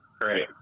great